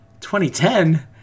2010